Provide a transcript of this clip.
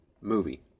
movie